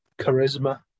charisma